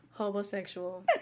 homosexual